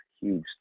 huge